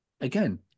again